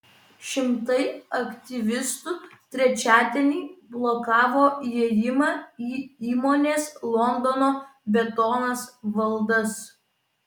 šimtai aktyvistų trečiadienį blokavo įėjimą į įmonės londono betonas valdas